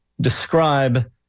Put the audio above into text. describe